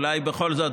אולי בכל זאת,